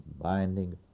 binding